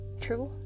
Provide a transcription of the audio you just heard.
true